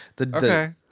Okay